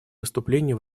выступлений